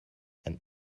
and